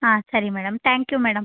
ಹಾಂ ಸರಿ madam thank you madam